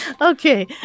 Okay